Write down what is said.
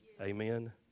Amen